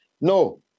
No